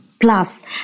plus